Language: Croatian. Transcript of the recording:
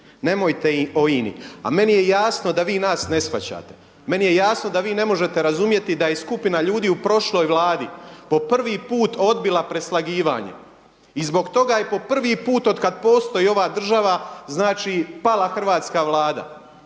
nemojte o INA-i. A meni je jasno da vi nas ne shvaćate, meni je jasno da vi ne možete razumjeti da je skupina ljudi u prošloj Vladi po prvi put odbila preslagivanje i zbog toga je po prvi put od kad postoji ova država znači pala hrvatska Vlada.